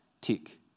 tick